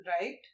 right